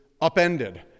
upended